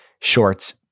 shorts